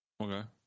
Okay